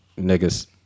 niggas